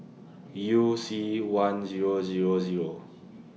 YOU C one Zero Zero Zero